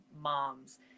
moms